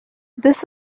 this